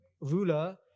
ruler